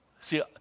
See